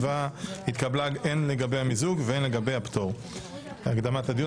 יושב-ראש ועדת הפנים והגנת הסביבה בדבר מיזוג הצעות חוק והקדמת הדיון